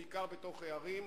בעיקר בתוך הערים.